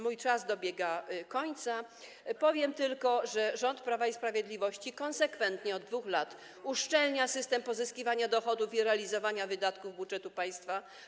Mój czas dobiega końca, powiem tylko, że rząd Prawa i Sprawiedliwości konsekwentnie od 2 lat uszczelnia system, jeśli chodzi o pozyskiwanie dochodów i realizowanie wydatków budżetu państwa.